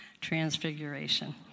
transfiguration